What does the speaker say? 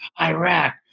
Iraq